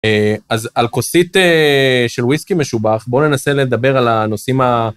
אז על כוסית של וויסקי משובח, בואו ננסה לדבר על הנושאים ה...